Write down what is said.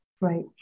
Right